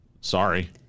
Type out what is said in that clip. Sorry